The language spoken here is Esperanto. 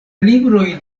libroj